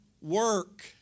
work